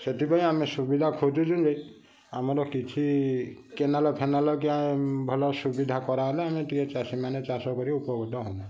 ସେଥିପାଇଁ ଆମେ ସୁବିଧା ଖୋଜୁଛୁ ଯେ ଆମର କିଛି କେନାଲ ଫେନାଲ କିଆ ଭଲ ସୁବିଧା କରାହେଲେ ଆମେ ଟିକେ ଚାଷୀମାନେ ଚାଷକରି ଉପକୃତ ହମୁ